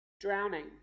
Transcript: Drowning